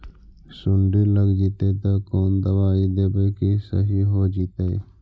सुंडी लग जितै त कोन दबाइ देबै कि सही हो जितै?